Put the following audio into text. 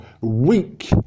weak